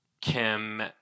Kim